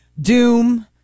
Doom